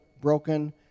broken